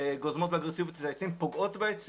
ופוגעות בהם,